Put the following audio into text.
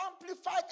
Amplified